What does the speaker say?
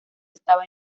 estaba